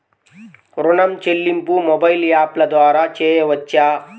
ఋణం చెల్లింపు మొబైల్ యాప్ల ద్వార చేయవచ్చా?